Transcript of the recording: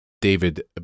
David